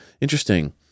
interesting